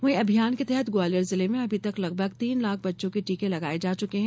वहीं अभियान के तहत ग्वालियर जिले में अभी तक लगभग तीन लाख बच्चों को टीके लगाए जा चुके हैं